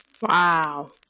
Wow